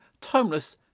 timeless